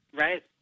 Right